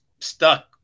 stuck